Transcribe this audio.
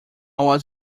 was